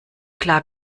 klar